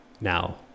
now